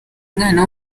mwana